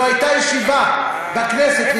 לא הייתה ישיבה בכנסת,